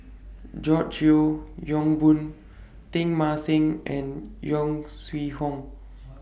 George Yeo Yong Boon Teng Mah Seng and Yong Shu Hoong